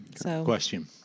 Question